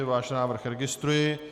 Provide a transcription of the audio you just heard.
Váš návrh registruji.